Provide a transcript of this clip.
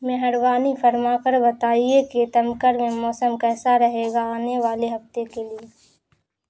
مہربانی فرما کر بتائیے کہ تمکر میں موسم کیسا رہے گا آنے والے ہفتے کے لیے